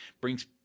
brings